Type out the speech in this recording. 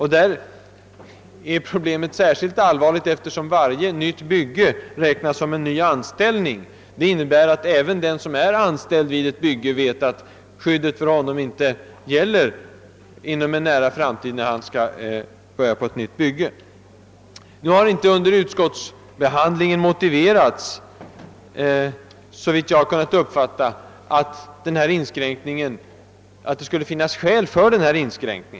Här är problemet särskilt allvarligt eftersom varje nytt bygge räknas som en ny an ställning, vilket innebär att även den som är anställd vid ett bygge vet, att skyddet för honom inte gäller efter en tid, då han måste börja på ett nytt. Under utskottsbehandlingen har, såvitt jag kunnat finna, inte visats att det finns skäl för denna inskränkning.